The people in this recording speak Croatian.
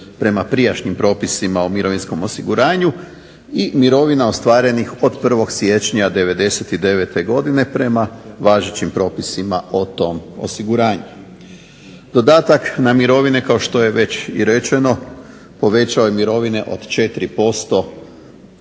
prema prijašnjim propisima o mirovinskom osiguranju i mirovina ostvarenih od 1. siječnja 1999. prema važećim propisima o tom osiguranju. Dodatak na mirovine, kao što je već i rečeno, povećao je mirovine od 4%